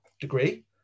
degree